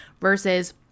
versus